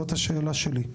זאת השאלה שלי.